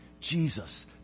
Jesus